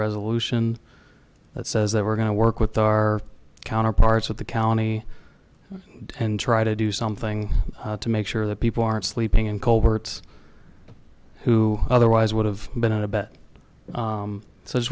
resolution that says that we're going to work with our counterparts at the county and try to do something to make sure that people aren't sleeping in culverts who otherwise would have been out about so it's